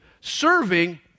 Serving